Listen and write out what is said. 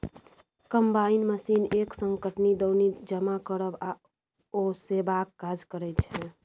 combine machine एक संग कटनी, दौनी, जमा करब आ ओसेबाक काज करय छै